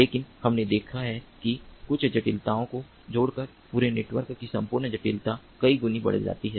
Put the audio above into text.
लेकिन हमने देखा है कि कुछ जटिलताओं को जोड़कर पूरे नेटवर्क की संपूर्ण जटिलता कई गुना बढ़ जाती है